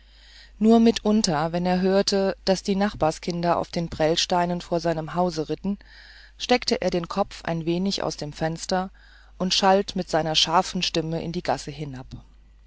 nur mitunter wenn er hörte daß unten die nachbarskinder auf den prellsteinen vor seinem haus ritten steckte er den kopf ein wenig aus dem fenster und schalt mit seiner scharfen stimme in die gasse hinab